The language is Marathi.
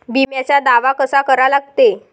बिम्याचा दावा कसा करा लागते?